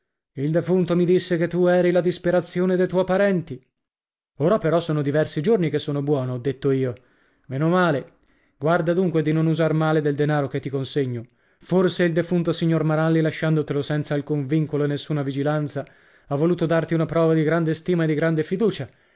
il defunto mi disse che tu eri la disperazione de tuoi parenti ora però sono diversi giorni che sono buono ho detto io meno male guarda dunque di non usar male del denaro che ti consegno forse il defunto signor maralli lasciandotelo senza alcun vincolo e nessuna vigilanza ha voluto darti una prova di grande stima e di grande fiducia